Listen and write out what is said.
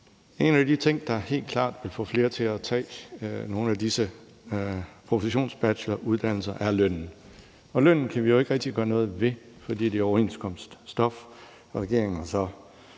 En af de ting, der helt klart ville få flere til at tage nogle af disse professionsbacheloruddannelser, er lønnen, og lønnen kan vi jo ikke rigtig gøre noget ved, fordi det er overenskomststof. Regeringen har så